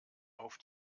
auf